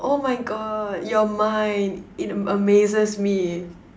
oh my God your mind it amazes me